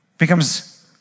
becomes